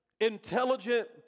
Intelligent